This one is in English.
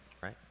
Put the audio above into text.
Right